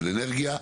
של אנרגיה,